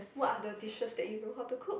what are the dishes that you know how to cook